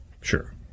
Sure